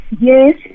Yes